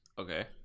Okay